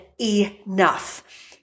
enough